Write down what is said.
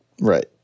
Right